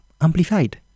amplified